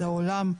לעולם,